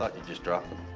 thought you just dropped